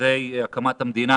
אחרי הקמת המדינה